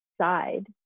side